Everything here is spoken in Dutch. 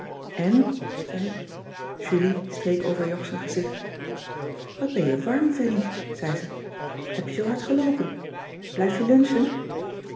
en zei ik julie streek over jog z'n gezicht wat ben je warm vennie zei ze heb je zoo hard geloopen blijf je lunchen